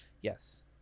Yes